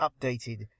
updated